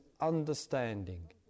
understanding